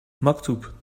maktub